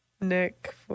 Nick